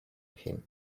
him